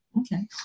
okay